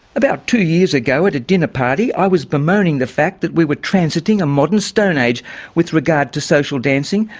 about two years ago at a dinner party i was bemoaning the fact that we were transiting a modern stone age with regard to social dancing,